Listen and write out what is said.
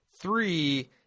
Three